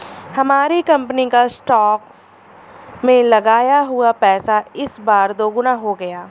हमारी कंपनी का स्टॉक्स में लगाया हुआ पैसा इस बार दोगुना हो गया